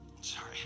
Sorry